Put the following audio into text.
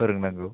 फोरोंनांगौ